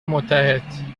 متحد